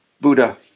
Buddha